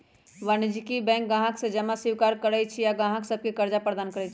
वाणिज्यिक बैंक गाहक से जमा स्वीकार करइ छइ आऽ गाहक सभके करजा प्रदान करइ छै